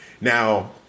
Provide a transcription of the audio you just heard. now